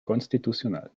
constitucional